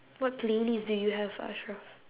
what playlist do you have ashra